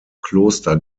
kloster